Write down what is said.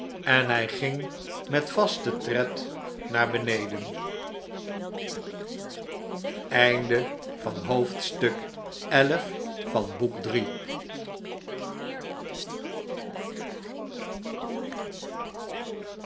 en hij ging met vasten tred naar beneden